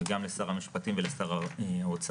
וגם לשר המשפטים ולשר האוצר.